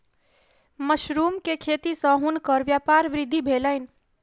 mushroom के खेती सॅ हुनकर व्यापारक वृद्धि भेलैन